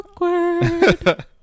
Awkward